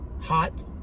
hot